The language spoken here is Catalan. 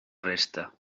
resta